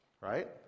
Right